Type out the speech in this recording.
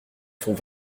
font